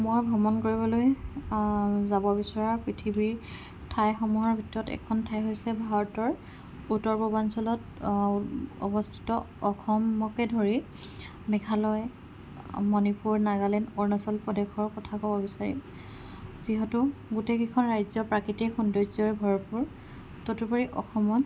মই ভ্ৰমণ কৰিবলৈ যাব বিচৰা পৃথিৱীৰ ঠাইসমূহৰ ভিতৰত এখন ঠাই হৈছে ভাৰতৰ উত্তৰ পূৰ্বাঞ্চলত অৱস্থিত অসমকে ধৰি মেঘালয় মণিপুৰ নাগালেণ্ড অৰুণাচল প্ৰদেশৰ কথা ক'ব বিচাৰিম যিহেতু গোটেইকেইখন ৰাজ্যই প্ৰাকৃতিক সৌন্দৰ্যৰে ভৰপূৰ তদুপৰি অসমত